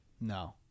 No